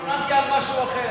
אני התלוננתי על משהו אחר.